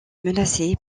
menacée